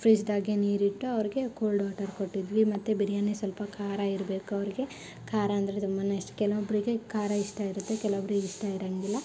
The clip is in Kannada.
ಫ್ರಿಜ್ದಾಗೆ ನೀರಿಟ್ಟು ಅವ್ರಿಗೆ ಕೋಲ್ಡ್ ವಾಟರ್ ಕೊಟ್ಟಿದ್ವಿ ಮತ್ತು ಬಿರಿಯಾನಿ ಸ್ವಲ್ಪ ಖಾರ ಇರ್ಬೇಕು ಅವ್ರಿಗೆ ಖಾರ ಅಂದರೆ ತುಂಬನೆ ಇಷ್ಟ ಕೆಲ್ವೊಬ್ರಿಗೆ ಖಾರ ಇಷ್ಟ ಇರುತ್ತೆ ಕೆಲ್ವೊಬ್ರಿಗೆ ಇಷ್ಟ ಇರೋಂಗಿಲ್ಲ